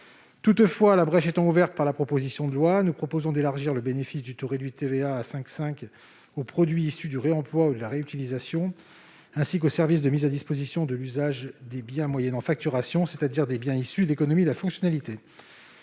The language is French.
Toutefois, la brèche est ouverte par le présent texte. En conséquence, nous proposons d'élargir le bénéfice du taux réduit de TVA à 5,5 % aux produits issus du réemploi ou de la réutilisation, ainsi qu'aux services de mise à disposition de l'usage des biens moyennant facturation, c'est-à-dire des biens issus de l'économie de la fonctionnalité.